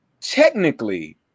technically